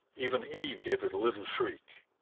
even eve gave a little shriek.